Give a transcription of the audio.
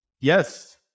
Yes